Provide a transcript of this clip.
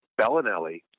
Bellinelli